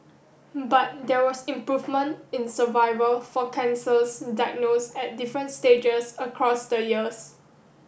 but there was improvement in survival for cancers diagnosed at different stages across the years